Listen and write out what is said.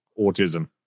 autism